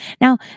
Now